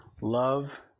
Love